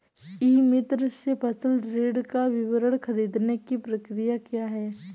ई मित्र से फसल ऋण का विवरण ख़रीदने की प्रक्रिया क्या है?